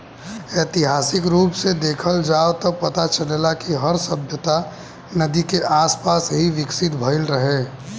ऐतिहासिक रूप से देखल जाव त पता चलेला कि हर सभ्यता नदी के आसपास ही विकसित भईल रहे